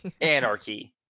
Anarchy